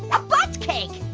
a butt cake.